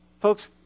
Folks